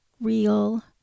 real